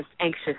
anxious